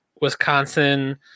Wisconsin